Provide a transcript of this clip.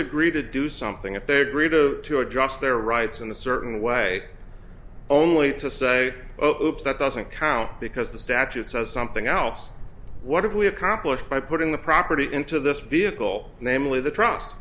agree to do something if their greed or to adjust their rights in a certain way only to say oh that doesn't count because the statute says something else what have we accomplished by putting the property into this vehicle namely the trust